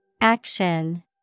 Action